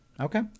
Okay